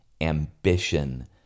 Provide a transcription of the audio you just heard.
Ambition